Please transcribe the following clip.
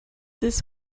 this